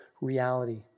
reality